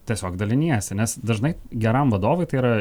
tiesiog daliniesi nes dažnai geram vadovui tai yra